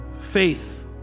faith